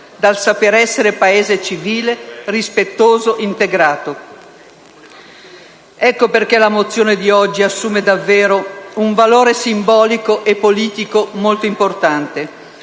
Dal saper essere Paese civile, rispettoso, integrato. Ecco perché la mozione di oggi assume davvero un valore simbolico e politico molto importante